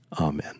Amen